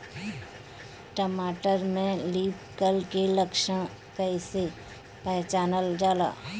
टमाटर में leaf curl के लक्षण कइसे पहचानल जाला?